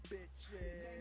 Bitches